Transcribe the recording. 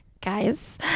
guys